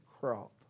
crop